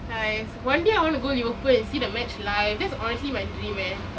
!hais! one day I wanna go liverpool and see the match live that's honestly my dream eh